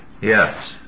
Yes